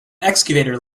excavator